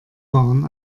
waren